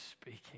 speaking